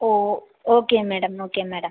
O oh okay madam okay madam